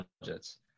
budgets